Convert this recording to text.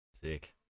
Sick